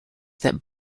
that